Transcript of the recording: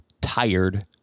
tired